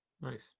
Nice